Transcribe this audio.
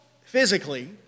physically